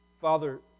Father